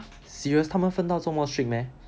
serious 他们分到这么 strict meh